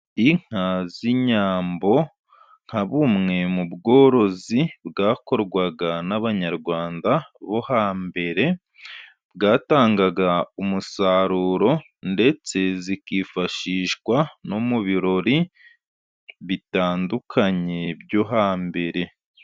Inka z'inyambo nka bumwe mu bworozi bwakorwaga n'abanyarwanda bo hambere, bwatangaga umusaruro, ndetse zikifashishwa no mu birori bitandukanye byo hambere.